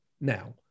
now